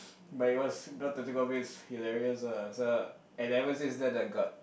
but it was now to think of it hilarious ah so and ever since then I got